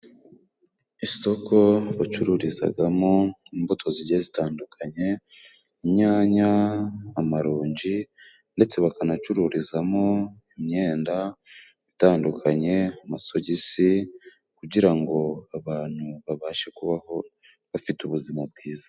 Isoko bacururizagamo imbuto zigiye zitandukanye inyanya, amaronji ndetse bakanacururizamo imyenda itandukanye, amasogisi kugira ngo abantu babashe kubaho bafite ubuzima bwiza.